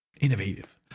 Innovative